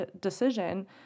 decision